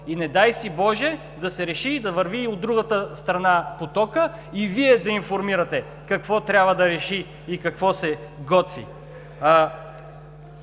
и, не дай боже, да се реши и да върви и от другата страна потокът, и Вие да информирате какво трябва да реши и какво се готви.